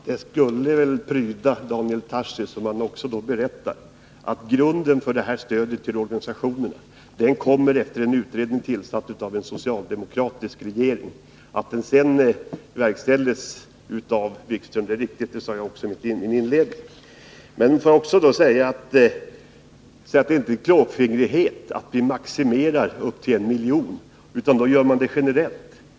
Herr talman! Det skulle pryda Daniel Tarschys om han samtidigt berättade att grunden till det här stödet till organisationerna var en utredning, tillsatt av den socialdemokratiska regeringen. Att det hela sedan verkställdes av Jan-Erik Wikström är riktigt, och det sade jag också i mitt inledningsanförande. sen m.m. Daniel Tarschys säger att det inte är fråga om klåfingrighet när regeringen maximerar stödet till 1 miljon, eftersom detta är en generell åtgärd.